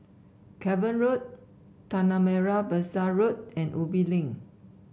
Cavan Road Tanah Merah Besar Road and Ubi Link